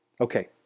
Okay